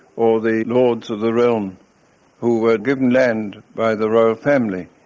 or the lords of the realm who were given land by the royal family.